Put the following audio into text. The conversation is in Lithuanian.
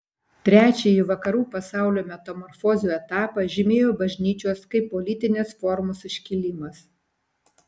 trečiąjį vakarų pasaulio metamorfozių etapą žymėjo bažnyčios kaip politinės formos iškilimas